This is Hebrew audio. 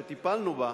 וטיפלנו בה,